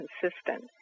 consistent